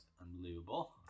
unbelievable